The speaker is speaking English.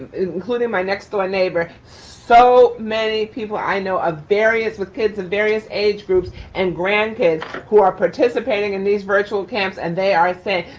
including my next door neighbor. so many people i know of ah various with kids and various age groups and grandkids who are participating in these virtual camps. and they are saying,